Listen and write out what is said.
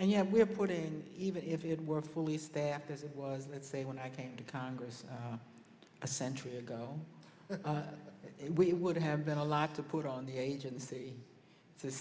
and yet we're putting even if it were fully staffed as it was let's say when i came to congress a century ago we would have been a lot to put on the agency to